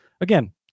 again